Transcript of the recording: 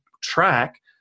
track